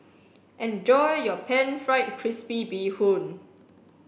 enjoy your pan fried crispy bee hoon